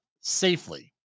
safely